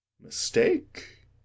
Mistake